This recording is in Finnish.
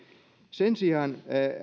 sen sijaan